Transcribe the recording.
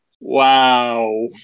Wow